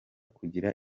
kugira